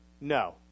No